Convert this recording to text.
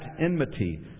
enmity